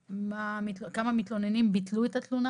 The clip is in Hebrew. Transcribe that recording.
כמה מתלוננים ביטלו את התלונה